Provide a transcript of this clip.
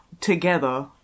together